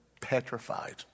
petrified